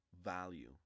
Value